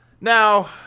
Now